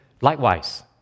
Likewise